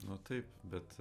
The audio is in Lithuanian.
nu taip bet